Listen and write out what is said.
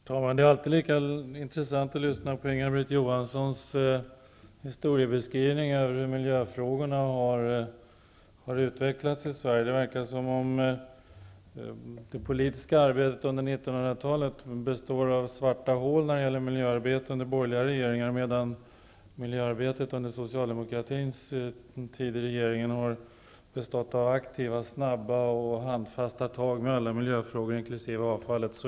Herr talman! Det är alltid lika intressant att lyssna till Inga-Britt Johanssons historieskrivning över hur miljöfrågorna har hanterats i Sverige. Det verkar som om det politiska arbetet på miljöområdet under 1900-talet består av svarta hål under borgerliga regeringar, medan socialdemokratins tid i regeringsställning har kännetecknats av snabba och handfasta tag i alla miljöfrågor, inkl. avfallshanteringen.